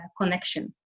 connection